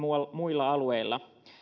muilla alueilla